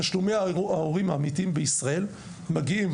תשלומי ההורים האמיתיים בישראל מגיעים,